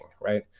right